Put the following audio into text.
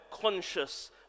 conscious